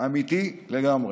אמיתי לגמרי.